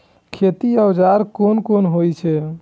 खेती औजार कोन कोन होई छै?